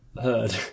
heard